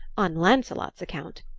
on lancelot's account.